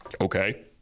okay